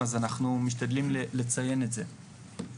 אז אנחנו משתדלים לציין את זה.